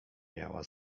miała